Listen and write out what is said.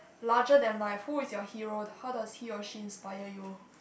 larger than life who is your hero how does he or she inspire you